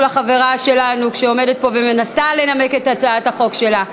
לחברה שלנו שעומדת פה ומנסה לנמק את הצעת החוק שלה.